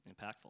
impactful